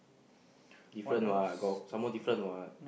different what I got some more different what